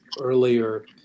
earlier